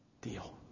deal